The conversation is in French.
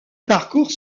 parcourt